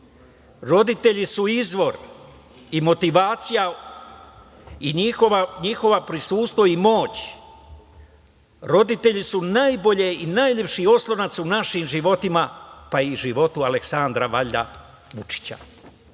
roditelji su izvor i motivacija i njihovo prisustvo i moć, roditelji su najbolji i najlepši oslonac u našim životima, pa i u životu Aleksandra, valjda, Vučića.